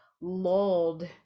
lulled